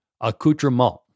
accoutrement